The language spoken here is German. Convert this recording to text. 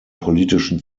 politischen